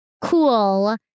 cool